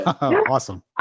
awesome